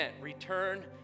return